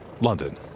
London